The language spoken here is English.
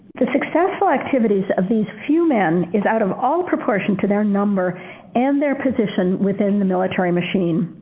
the successful activities of these few men is out of all proportion to their number and their position within the military machine.